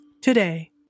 today